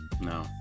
No